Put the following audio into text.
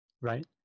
right